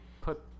put